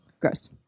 Gross